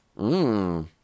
Mmm